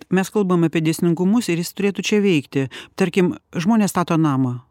mes kalbam apie dėsningumus ir jis turėtų čia veikti tarkim žmonės stato namą